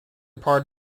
part